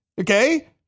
Okay